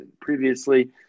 previously